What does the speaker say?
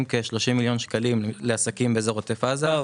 כ-30 מיליון שקלים לעסקים באזור עוטף עזה.